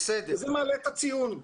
וזה מעלה את הציון.